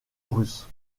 russe